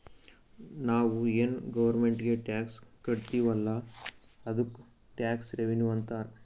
ನಾವು ಏನ್ ಗೌರ್ಮೆಂಟ್ಗ್ ಟ್ಯಾಕ್ಸ್ ಕಟ್ತಿವ್ ಅಲ್ಲ ಅದ್ದುಕ್ ಟ್ಯಾಕ್ಸ್ ರೆವಿನ್ಯೂ ಅಂತಾರ್